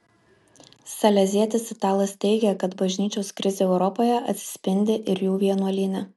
salezietis italas teigia kad bažnyčios krizė europoje atsispindi ir jų vienuolyne